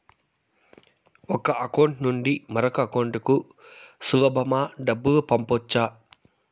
ఒక అకౌంట్ నుండి మరొక అకౌంట్ కు సులభమా డబ్బులు పంపొచ్చా